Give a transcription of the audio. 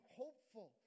hopeful